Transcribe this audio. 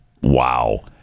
Wow